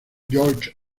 george